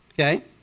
Okay